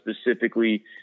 specifically